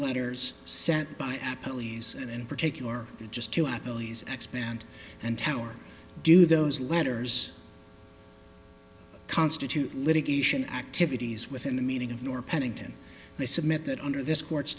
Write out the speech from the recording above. letters sent by apple e s and in particular you just expand and tower do those letters constitute litigation activities within the meaning of nor pennington i submit that under this court's